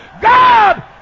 God